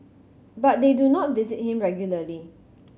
but they do not visit him regularly